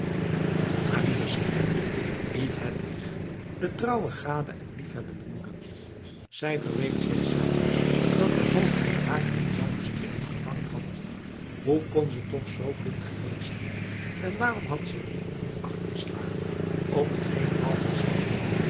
maar wie er sliep niet hedwig de trouwe gade en liefhebbende moeder zij verweet zichzelve dat de hoogmoed haar in zijne strikken gevangen had hoe kon ze toch zoo blind geweest zijn en waarom had ze niet meer acht geslagen op hetgeen walter zeide